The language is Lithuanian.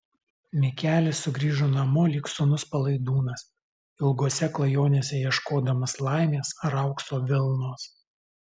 mikelis sugrįžo namo lyg sūnus palaidūnas ilgose klajonėse ieškodamas laimės ar aukso vilnos